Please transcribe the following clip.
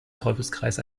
teufelskreis